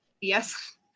Yes